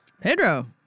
Pedro